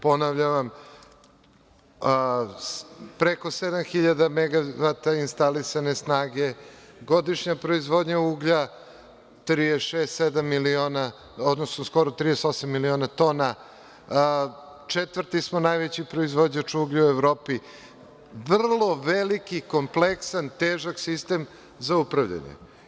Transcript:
Ponavljam vam, preko 7.000 megavata instalisane snage, godišnja proizvodnja uglja skoro 38 miliona tona, četvrti smo najveći proizvođač uglja u Evropi, vrlo velik, kompleksan i težak sistem za upravljanje.